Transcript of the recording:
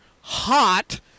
hot